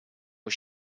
was